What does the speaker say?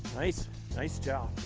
nice nice job!